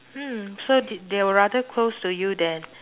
hmm so th~ they were rather close to you then